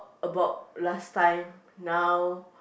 about last time now